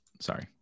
Sorry